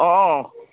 অঁ অঁ